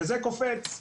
וזה קופץ,